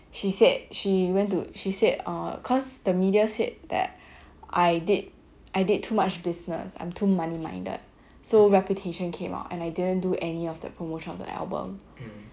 she said she went to she said ah cause the media said that I did I did too much business I'm too money minded so reputation came out and I didn't do any of the promotion of the album that after that